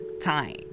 time